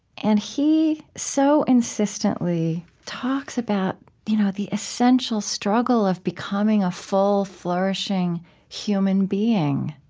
and he so insistently talks about you know the essential struggle of becoming a full, flourishing human being.